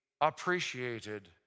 appreciated